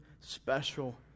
special